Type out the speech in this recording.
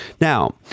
Now